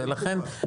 ולכן,